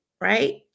right